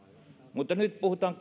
mutta nyt puhutaan